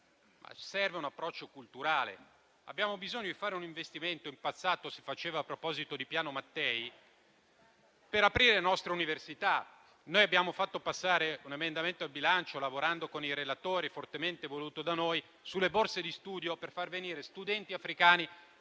ma serve un approccio culturale. Abbiamo bisogno di fare un investimento, che in passato si faceva, a proposito di Piano Mattei, per aprire le nostre università, Noi abbiamo fatto passare un emendamento al bilancio, lavorando con i relatori e fortemente voluto da noi, sulle borse di studio per far venire studenti africani